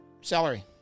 celery